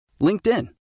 LinkedIn